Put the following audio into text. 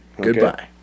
Goodbye